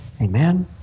Amen